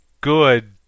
good